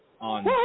on